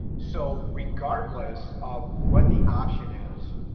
so regardless of what the option is,